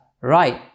right